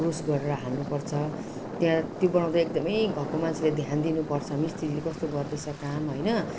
rose गरेर हाल्नुपर्छ त्यहाँ त्यो बनाउँदा एकदमै घरको मान्छेले ध्यान दिनुपर्छ मिस्त्रीले कस्तो गर्दैछ काम हैन